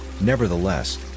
Nevertheless